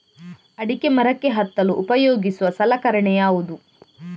ಅಡಿಕೆ ಮರಕ್ಕೆ ಹತ್ತಲು ಉಪಯೋಗಿಸುವ ಸಲಕರಣೆ ಯಾವುದು?